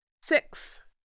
Six